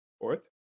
Fourth